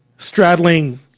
Straddling